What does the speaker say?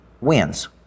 wins